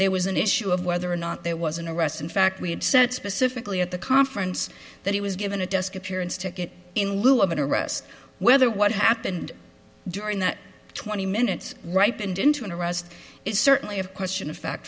there was an issue of whether or not there was an arrest in fact we had said specifically at the conference that he was given a desk appearance ticket in lieu of an arrest whether what happened during that twenty minutes ripened into an arrest is certainly a question of fact